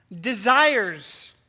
desires